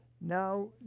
Now